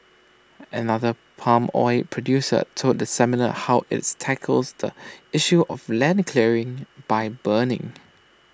another palm oil producer told the seminar how its tackles the issue of land clearing by burning